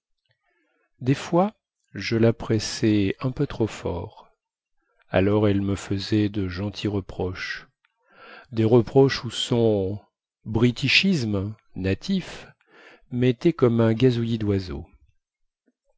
des fois je la pressais un peu trop fort alors elle me faisait de gentils reproches des reproches où son britishisme natif mettait comme un gazouillis doiseau